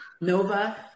Nova